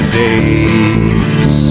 days